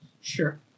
Sure